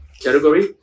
category